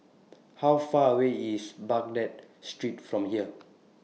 How Far away IS Baghdad Street from here